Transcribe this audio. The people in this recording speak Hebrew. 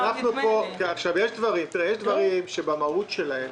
יש דברים שבמהות שלהם